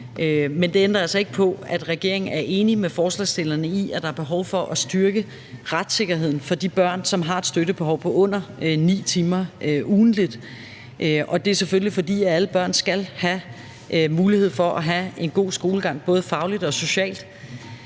Men det ændrer altså ikke på, at regeringen er enig med forslagsstillerne i, at der er behov for at styrke retssikkerheden for de børn, som har et støttebehov på under 9 timer om ugen. Det er selvfølgelig, fordi alle børn skal have mulighed for at have en god skolegang både fagligt og socialt,